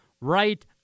right